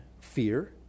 fear